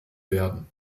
werden